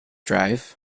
drive